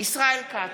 ישראל כץ,